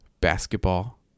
basketball